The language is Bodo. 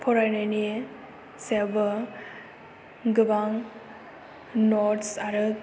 फरायनायनि सायावबो गोबां नथ्स आरो